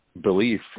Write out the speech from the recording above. belief